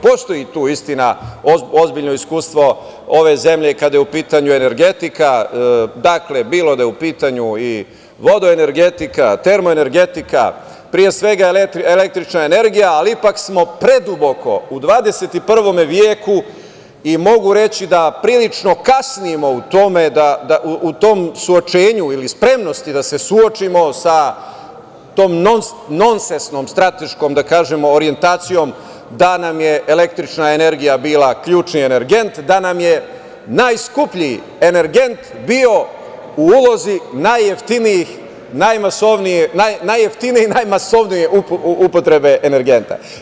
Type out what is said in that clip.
Postoji tu, istina, ozbiljno iskustvo ove zemlje kada je u pitanju energetika, bilo da je u pitanju vodoenergetika, termoenergetika, pre svega električna energija, ali ipak smo preduboko u 21. veku i mogu reći da prilično kasnimo u tom suočenju ili spremnosti da se suočimo sa tom nonsesnom strateškom orijentacijom da nam je električna energija bila ključni energent, da nam je najskuplji energent bio u ulozi najjeftinije i najmasovnije upotrebe energenta.